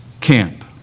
camp